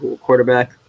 quarterback